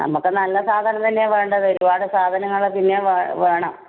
നമുക്ക് നല്ല സാധനം തന്നെയാണ് വേണ്ടത് ഒരുപാട് സാധനങ്ങൾ പിന്നെ വെ വേണം